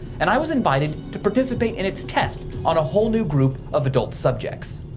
and i was invited to participate in its test on a whole new group of adult subjects.